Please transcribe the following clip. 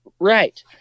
Right